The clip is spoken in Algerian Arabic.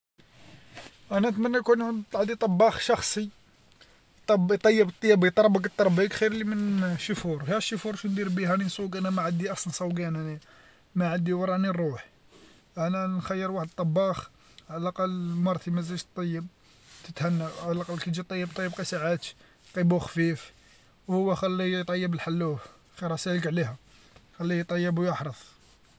أنا نتمنى يكون عندي طباخ شخصي يطيب طياب يطربق طربيق خير لي من الشيفور ها الشيفور شا ندير بيه هاني نسوق أنا ما عندي أصلا سوقه أنايا ما عندي وين راني نروح أنا نخير واحد الطباخ على الأقل مرتي ما تزيدش طيب تتهنى على الأقل كي تجي طيب طيب غير ساعات طيبو خفيف و هم خليه يطيب الحلوف عليها خليه يطيب و يحرث.